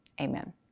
amen